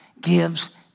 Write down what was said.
gives